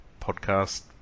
podcast